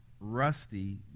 Rusty